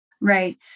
Right